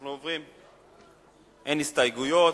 אין הסתייגויות.